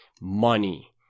money